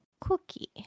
Cookie